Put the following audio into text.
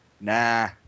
Nah